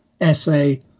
essay